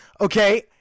Okay